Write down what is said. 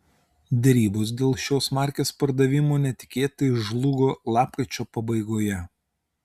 derybos dėl šios markės pardavimo netikėtai žlugo lapkričio pabaigoje